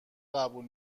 قبول